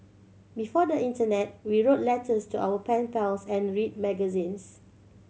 before the internet we wrote letters to our pen pals and read magazines